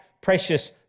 precious